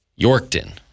Yorkton